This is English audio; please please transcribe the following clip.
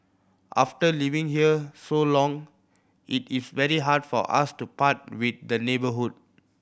after living here so long it is very hard for us to part with the neighbourhood